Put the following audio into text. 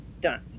Done